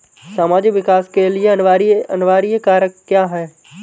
सामाजिक विकास के लिए अनिवार्य कारक क्या है?